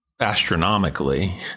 astronomically